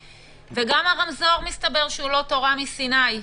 וגם "הרמזור" מסתבר שהוא לא תורה מסיני.